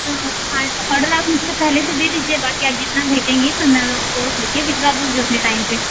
तो आज ऑर्डर आप उसका पहले से दे दीजिए बाकी आप जितना भेजेंगी तो मैं आपको सिल के भिजवा दूँगी उतने टाइम पर